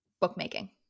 bookmaking